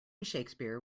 shakespeare